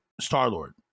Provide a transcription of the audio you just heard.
Star-Lord